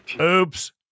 Oops